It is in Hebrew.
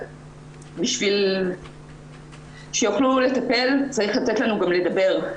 בשביל שיוכלו לטפל, צריך לתת לנו גם לדבר.